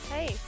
Hey